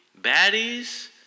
Baddies